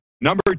Number